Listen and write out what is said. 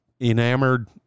enamored